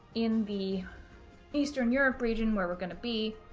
in the eastern europe region, where we're going to be,